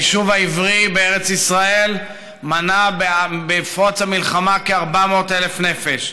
היישוב העברי בארץ ישראל מנה בפרוץ המלחמה כ-400,000 נפש.